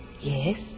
Yes